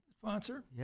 sponsor